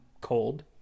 cold